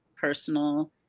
personal